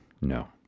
No